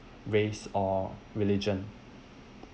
race or religion